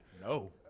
No